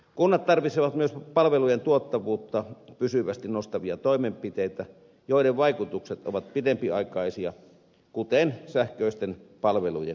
kunnat tarvitsevat myös palvelujen tuottavuutta pysyvästi nostavia toimenpiteitä joiden vaikutukset ovat pitempiaikaisia kuten sähköisten palvelujen kehittämistä